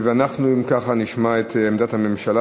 אנחנו אם כך נשמע את עמדת הממשלה.